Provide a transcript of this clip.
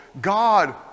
God